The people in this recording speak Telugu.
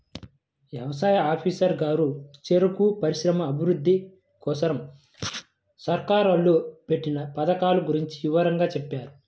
యవసాయ ఆఫీసరు గారు చెరుకు పరిశ్రమల అభిరుద్ధి కోసరం సర్కారోళ్ళు పెట్టిన పథకాల గురించి వివరంగా చెప్పారు